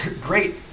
Great